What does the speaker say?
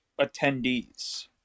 attendees